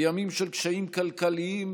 בימים של קשיים כלכליים,